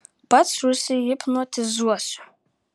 pats užsihipnotizuosiu